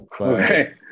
Okay